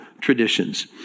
traditions